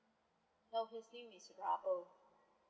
no his name is rubber